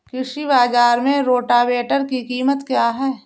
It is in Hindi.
कृषि बाजार में रोटावेटर की कीमत क्या है?